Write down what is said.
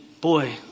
boy